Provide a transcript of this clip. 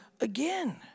again